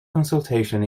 consultation